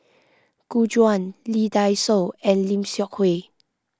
Gu Juan Lee Dai Soh and Lim Seok Hui